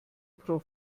pro